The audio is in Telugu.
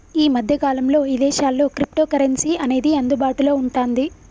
యీ మద్దె కాలంలో ఇదేశాల్లో క్రిప్టోకరెన్సీ అనేది అందుబాటులో వుంటాంది